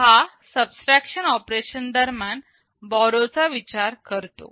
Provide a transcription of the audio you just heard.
हा subtraction operation दरम्यान borrow चा विचार करतो